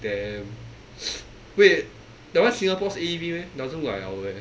damn wait that one singapore's A_E_V meh doesn't look like our eh